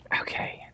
Okay